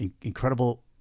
incredible